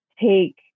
take